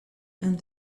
and